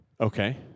Okay